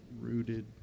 rooted